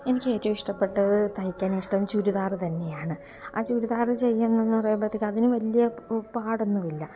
എനിക്കേറ്റവും ഇഷ്ടപ്പെട്ടത് തയ്ക്കാനിഷ്ടം ചുരിദാർ തന്നെയാണ് ആ ചുരിദാർ ചെയ്യണമെന്ന് പറയുമ്പോഴത്തേക്കും അതിനു വലിയ പാടൊന്നുമില്ല